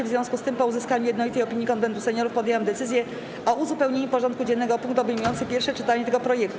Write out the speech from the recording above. W związku z tym, po uzyskaniu jednolitej opinii Konwentu Seniorów, podjęłam decyzję o uzupełnieniu porządku dziennego o punkt obejmujący pierwsze czytanie tego projektu.